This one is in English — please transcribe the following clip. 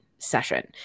session